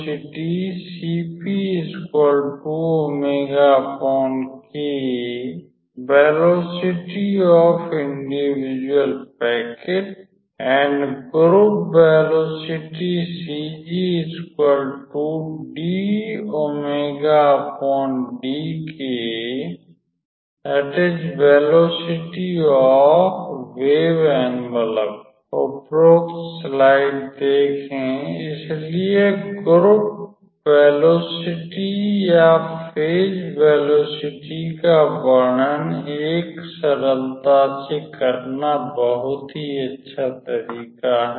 उपरोक्त स्लाइड देखें इसलिए ग्रुप वेलोसिटि या फेज वेलोसिटि का वर्णन एक सरलता से करना बहुत ही अच्छा तरीका है